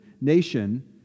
nation